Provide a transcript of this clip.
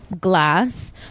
glass